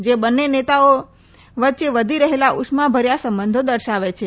જે બંને નેતાઓ વ્યેચ વધી રહેલા ઉષ્માભર્યા સંબંધો દર્શાવે છે